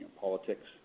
politics